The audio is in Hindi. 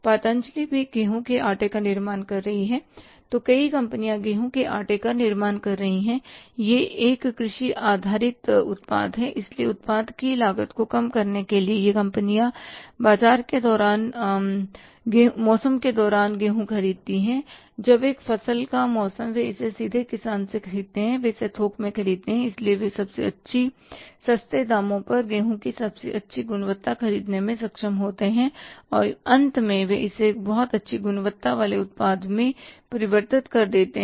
पतंजलि भी गेहूं के आटे का निर्माण कर रही है तो कई कंपनियां गेहूं के आटे का निर्माण कर रही हैं यह एक कृषि आधारित उत्पाद है इसलिए उत्पादन की लागत को कम करने के लिए ये कंपनियां मौसम के दौरान गेहूं खरीदती हैं जब एक फसल का मौसम वे इसे सीधे किसानों से खरीदते हैं वे इसे थोक में खरीदते हैं इसलिए वे सबसे सस्ते दामों पर गेहूं की सबसे अच्छी गुणवत्ता खरीदने में सक्षम होते हैं और अंत में वे इसे बहुत अच्छी गुणवत्ता वाले उत्पाद में परिवर्तित कर देते हैं